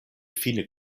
fine